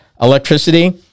electricity